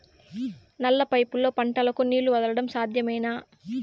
నల్ల పైపుల్లో పంటలకు నీళ్లు వదలడం సాధ్యమేనా?